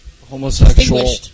Homosexual